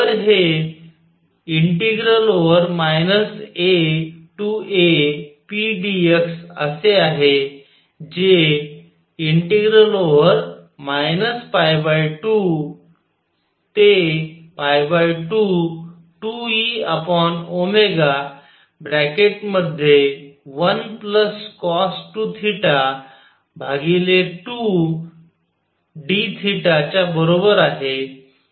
तर हे AApdx असे आहे जे 222E1cos2θ2dθ च्या बरोबर आहे